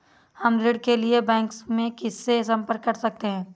हम ऋण के लिए बैंक में किससे संपर्क कर सकते हैं?